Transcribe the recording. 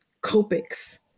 Copics